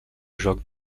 joc